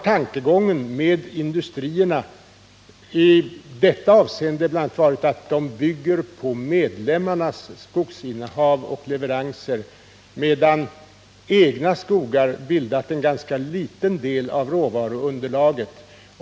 Tankegången beträffande industrierna har i detta avseende bl.a. varit att de bygger på medlemmarnas skogsinnehav och leveranser, medan de egna skogarna bildat en ganska liten del av råvaruunderlaget.